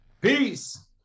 Peace